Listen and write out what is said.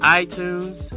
iTunes